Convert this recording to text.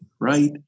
right